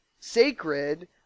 sacred